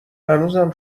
هنوزم